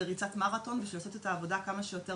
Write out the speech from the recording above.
בריצת מרתון על מנת לעשות את העבודה כמה שיותר